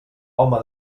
home